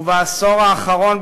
ובעשור האחרון,